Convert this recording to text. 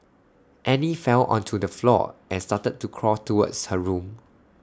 Annie fell onto the floor and started to crawl towards her room